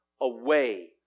away